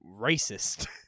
Racist